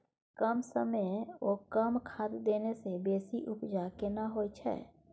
कम समय ओ कम खाद देने से बेसी उपजा केना होय छै?